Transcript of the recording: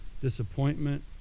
disappointment